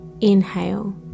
inhale